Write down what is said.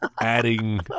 adding